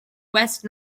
west